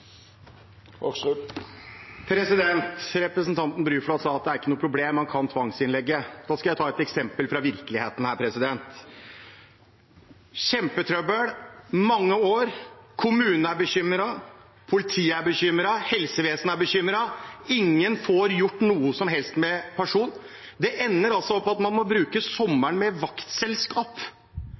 Representanten Bruflot sa at det er ikke noe problem, man kan tvangsinnlegge. Da skal jeg ta et eksempel fra virkeligheten: Kjempetrøbbel mange år, kommunen er bekymret, politiet er bekymret, helsevesenet er bekymret, ingen får gjort noe som helst med personen. Det ender opp med at man må bruke sommeren med vaktselskap